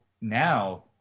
now